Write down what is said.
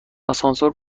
آسانسور